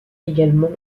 également